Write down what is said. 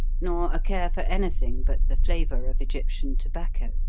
nor a care for anything but the flavour of egyptian tobacco.